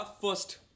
First